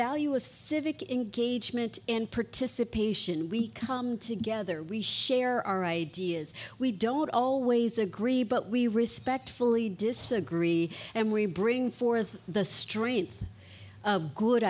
value of civic engagement and participation we come together we share our ideas we don't always agree but we respectfully disagree and we bring forth the strength of good